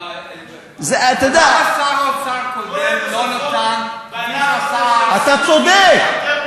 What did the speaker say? למה שר האוצר הקודם לא נתן, אתה צודק.